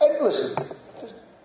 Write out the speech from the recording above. Listen